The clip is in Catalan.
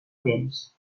temps